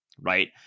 right